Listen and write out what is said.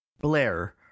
Blair